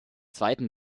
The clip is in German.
zweiten